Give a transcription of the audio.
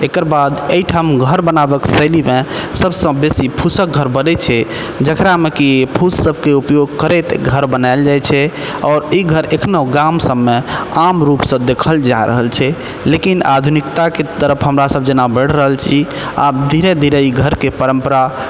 एकर बाद अइठाम घर बनाबक शैलीमे सब सँ बेसी फूसक घर बनै छै जकरामे कि फूस सबके उपयोग करैत घर बनायल जाइ छै आओर ई घर एखनो गाम सबमे आम रूपसँ देखल जा रहल छै लेकिन आधुनिकताके तरफ हमरा सब जेना बढ़ि रहल छी आब धीरे धीरे ई घरके परम्परा